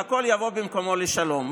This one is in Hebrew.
והכול יבוא על מקומו בשלום.